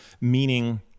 Meaning